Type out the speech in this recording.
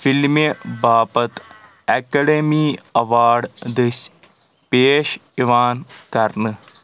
فلمہِ باپتھ academy award دٔسۍ پیش یِوان کرنہٕ